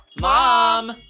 Mom